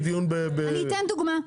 אני אתן דוגמה.